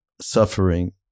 suffering